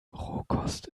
rohkost